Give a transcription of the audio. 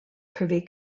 privy